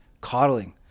coddling